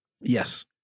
Yes